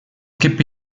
keep